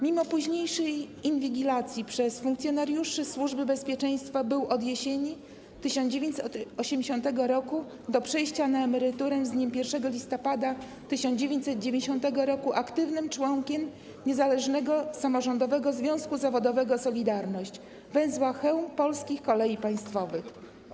Mimo późniejszej inwigilacji przez funkcjonariuszy Służby Bezpieczeństwa był od jesieni 1980 r. do przejścia na emeryturę z dniem 1 listopada 1990 r. aktywnym członkiem Niezależnego Samorządowego Związku Zawodowego „Solidarność” Węzła Chełm Polskich Kolei Państwowych.